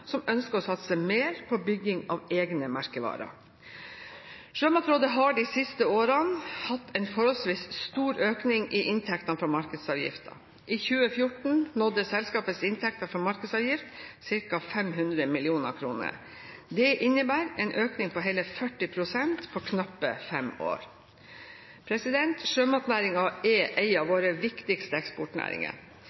som ønsker å satse mer på bygging av egne merkevarer. Sjømatrådet har de siste årene hatt en forholdsvis stor økning i inntektene fra markedsavgiften. I 2014 nådde selskapets inntekter fra markedsavgiften ca. 500 mill. kr. Dette innebærer en økning på hele 40 pst. på knappe fem år. Sjømatnæringen er en av våre viktigste eksportnæringer.